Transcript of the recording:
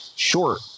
short